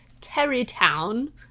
Terrytown